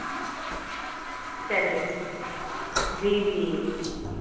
چلیے جی جی